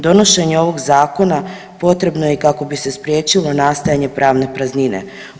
Donošenje ovog Zakona potrebno je kako bi se spriječilo nastajanje pravne praznine.